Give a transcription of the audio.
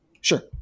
sure